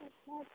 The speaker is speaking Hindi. अच्छा